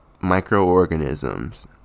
microorganisms